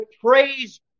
praise